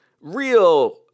real